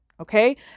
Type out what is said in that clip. Okay